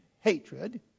hatred